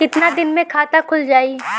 कितना दिन मे खाता खुल जाई?